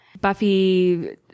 Buffy